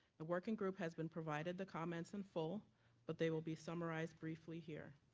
the working group has been provided the comments in full but they will be summarized briefly here.